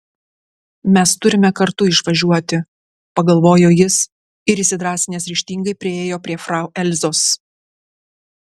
mes turime kartu išvažiuoti pagalvojo jis ir įsidrąsinęs ryžtingai priėjo prie frau elzos